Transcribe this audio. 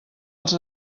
els